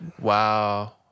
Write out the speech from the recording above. Wow